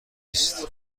است